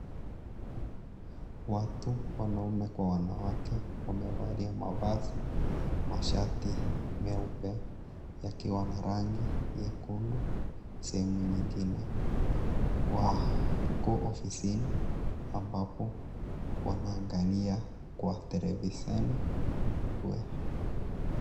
Watu wanaume Kwa wanawake wamevalia mavazi, mashati meupe yakiwa na rangi nyekundu sehemu nyingine ,wako ofisini ambapo wanaangalia watelevisheni.